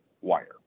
wire